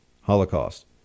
Holocaust